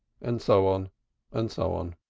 and so on and so on.